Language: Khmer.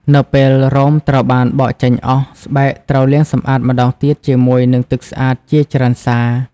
នៅពេលរោមត្រូវបានបកចេញអស់ ស្បែកត្រូវលាងសម្អាតម្តងទៀតជាមួយនឹងទឹកស្អាតជាច្រើនសា។